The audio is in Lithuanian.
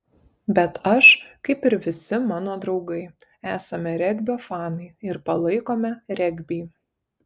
bet aš kaip ir visi mano draugai esame regbio fanai ir palaikome regbį